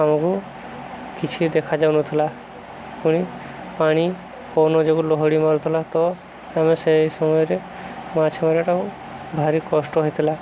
ଆମକୁ କିଛି ଦେଖାଯାଉନଥିଲା ପୁଣି ପାଣି ପବନ ଯୋଗୁ ଲହଡ଼ି ମାରୁଥିଲା ତ ଆମେ ସେଇ ସମୟରେ ମାଛ ମାରିବାଟାକୁ ଭାରି କଷ୍ଟ ହେଇଥିଲା